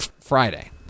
Friday